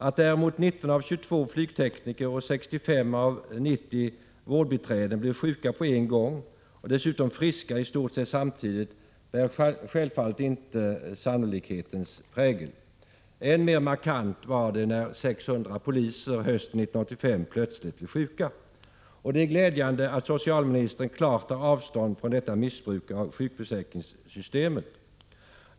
Att däremot 19 av 22 flygtekniker och 65 av 90 vårdbiträden blir sjuka på en gång och dessutom friska i stort sett samtidigt, bär självfallet inte sannolikhetens prägel. Än mer markant var det när 600 poliser hösten 1985 plötsligt blev sjuka. Det är glädjande att socialministern klart tar avstånd från detta missbruk av sjukförsäkringssystemet.